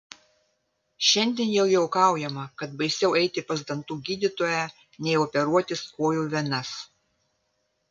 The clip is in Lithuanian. šiandien jau juokaujama kad baisiau eiti pas dantų gydytoją nei operuotis kojų venas